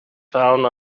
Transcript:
found